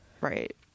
right